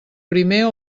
primer